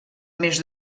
més